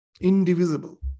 indivisible